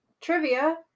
trivia